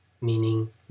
meaning